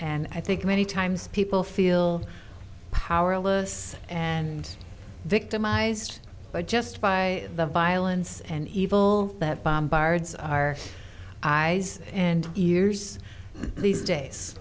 and i think many times people feel powerless and victimized by just by the violence and evil that bombards our eyes and ears these days